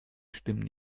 stimmen